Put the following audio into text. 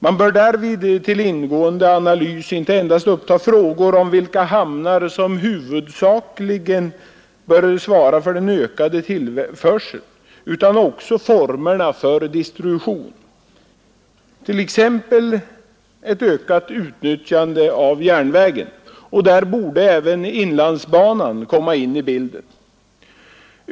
Man bör därvid till ingående analys inte endast uppta frågor om vilka hamnar som huvudsakligen bör svara för den ökade tillförseln utan också formerna för distributionen, t.ex. ett ökat utnyttjande av järnvägen. Där borde även inlandsbanan komma in i bilden.